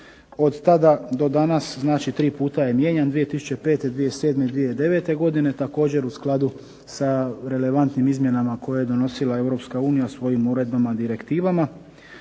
Od tada do danas tri puta je mijenjan znači 2005., 2007., i 2009. godine također u skladu sa relevantnim izmjenama koje je donosila EU svojim uredbama direktivama.